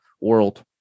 world